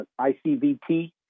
ICVT